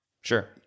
Sure